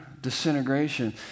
disintegration